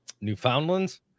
Newfoundlands